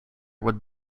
with